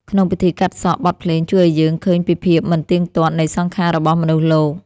ក្នុងពិធីកាត់សក់ បទភ្លេងជួយឱ្យយើងឃើញពីភាពមិនទៀងទាត់នៃសង្ខាររបស់មនុស្សលោក។